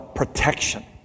Protection